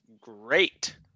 great